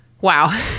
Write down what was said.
Wow